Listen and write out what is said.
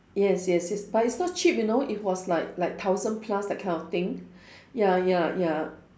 yes yes yes but it's not cheap you know it was like like thousand plus that kind of thing ya ya ya